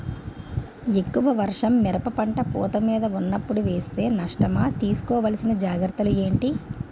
ఎక్కువ వర్షం మిరప పంట పూత మీద వున్నపుడు వేస్తే నష్టమా? తీస్కో వలసిన జాగ్రత్తలు ఏంటి?